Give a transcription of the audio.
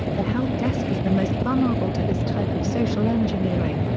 the help desk is the most vulnerable to this type of social engineering,